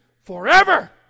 forever